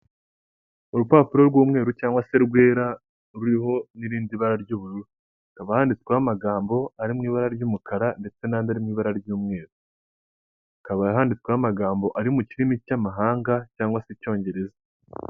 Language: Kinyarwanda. Urupapuro rw'umweru cyangwa se rwera ruriho n'irindi bara ry'ubururu, hakaba handitsweho amagambo ari mu ibara ry'umukara ndetse n'andi ari mu ibara ry'umweru, hakaba handitsweho amagambo ari mu kirimi cy'amahanga cyangwa se Icyongereza.